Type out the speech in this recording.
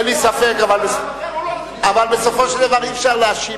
אין לי ספק, אבל בסופו של דבר אי-אפשר להאשים.